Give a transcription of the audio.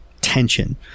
tension